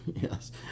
Yes